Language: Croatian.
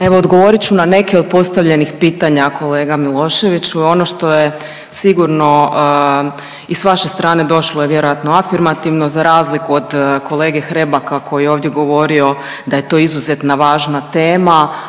odgovorit ću na neke od postavljenih pitanja kolega Miloševiću. Ono što je sigurno i s vaše strane došlo je vjerojatno afirmativno za razliku od kolege Hrebaka koji je ovdje govorio da je to izuzetna važna tema,